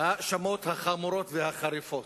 ההאשמות החמורות והחריפות.